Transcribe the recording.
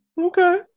Okay